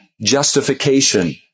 justification